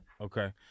Okay